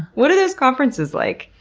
what are those conferences like?